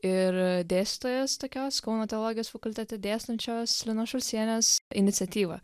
ir dėstytojos tokios kauno teologijos fakultete dėstančios linos šulcienės iniciatyvą